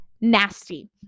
nasty